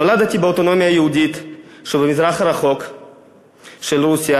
נולדתי באוטונומיה היהודית שבמזרח הרחוק של רוסיה,